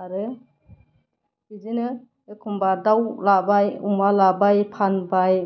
आरो बिदिनो एखनबा दाउ लाबाय अमा लाबाय फानबाय